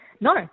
No